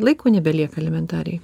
laiko nebelieka elementariai